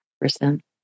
percent